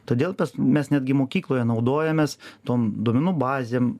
todėl mes netgi mokykloje naudojamės tom duomenų bazėm